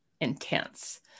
intense